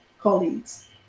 colleagues